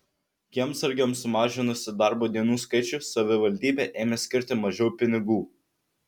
kiemsargiams sumažinusi darbo dienų skaičių savivaldybė ėmė skirti mažiau pinigų